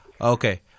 Okay